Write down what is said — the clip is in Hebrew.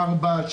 ארבע שנים,